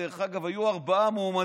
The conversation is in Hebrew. דרך אגב, היו ארבעה מועמדים: